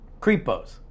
Creepos